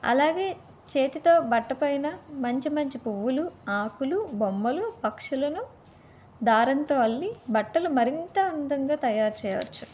అలాగే చేతితో బట్టపైన మంచి మంచి పువ్వులు ఆకులు బొమ్మలు పక్షులను దారంతో అల్లి బట్టలు మరింత అందంగా తయారు చేయవచ్చు